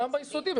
גם ביסודי.